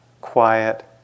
quiet